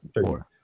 four